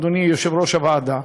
אדוני יושב-ראש הוועדה,